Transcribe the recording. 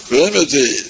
remedy